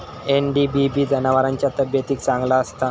NDBB जनावरांच्या तब्येतीक चांगला असता